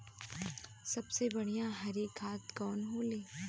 सबसे बढ़िया हरी खाद कवन होले?